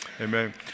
Amen